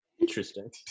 interesting